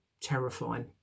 terrifying